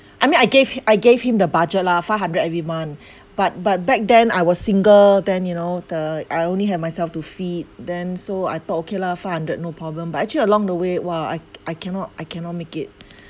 I mean I gave I gave him the budget lah five hundred every month but but back then I was single then you know the I only had myself to feed them so I thought okay lah five hundred no problem but actually along the way !wah! I I cannot I cannot make it